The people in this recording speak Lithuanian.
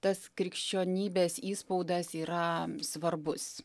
tas krikščionybės įspaudas yra svarbus